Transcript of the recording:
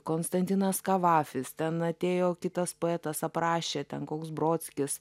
konstantinas kavafis ten atėjo kitas poetas aprašė ten koks brodskis